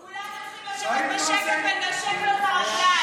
בוא נכין אספרסו, הדפים התבלבלו לך.